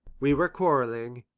we were quarrelling.